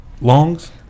Longs